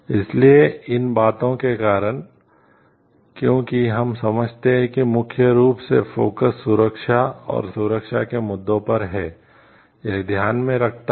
इसलिए इन बातों के कारण क्योंकि हम समझते हैं कि मुख्य रूप से फोकस सुरक्षा और सुरक्षा के मुद्दों पर है यह ध्यान में रखता है